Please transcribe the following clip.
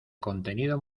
contenido